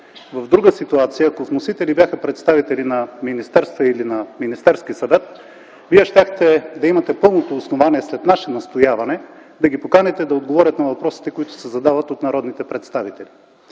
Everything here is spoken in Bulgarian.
в друга ситуация, ако вносители бяха представители на министерства, или на Министерския съвет, Вие щяхте да имате пълното основание, след наше настояване, да ги поканите да отговорят на въпросите, които се задават от народните представители.